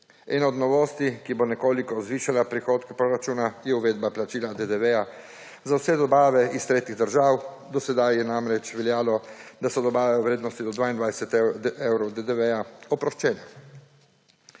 Ena od novosti, ki bo nekoliko zvišala prihodke proračuna, je uvedba plačila DDV-ja za vse dobave iz tretjih držav. Do sedaj je namreč veljalo, da so dobave v vrednosti do 22 evrov DDV-ja oproščene.